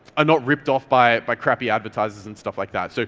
are not ripped off by by crappy advertisers and stuff like that. so